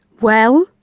Well